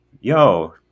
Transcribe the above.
yo